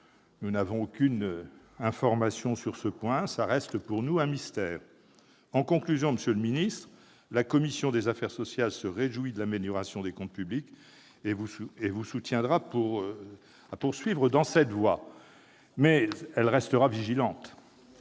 Nous n'avons aucune information sur ce point ; cela reste pour nous un mystère. En conclusion, monsieur le ministre, la commission des affaires sociales se réjouit de l'amélioration des comptes publics et vous soutiendra pour poursuivre dans cette voie, mais elle maintiendra sa vigilance,